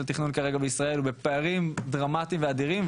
תכנון כרגע בישראל הוא בפערים דרמטיים ואדירים,